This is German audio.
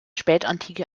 spätantike